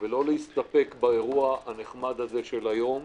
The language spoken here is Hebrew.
ולא להסתפק באירוע הנחמד הזה של היום,